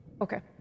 Okay